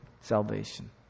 salvation